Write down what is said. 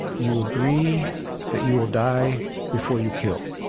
you agree that you will die before you kill.